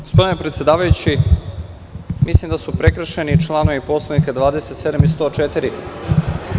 Gospodine predsedavajući, mislim da su prekršeni članovi Poslovnika 27. i 104.